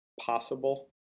possible